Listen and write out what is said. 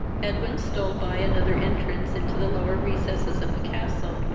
edwin stole by another entrance into the lower recesses of the castle,